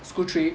school trip